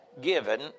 given